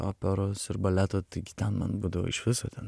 operos ir baleto taigi ten man būdavo iš viso ten